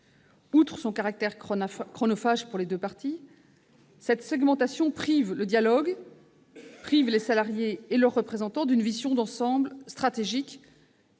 Outre son caractère chronophage pour les deux parties, cette segmentation prive les salariés et leurs représentants d'une vision stratégique